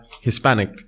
Hispanic